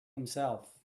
himself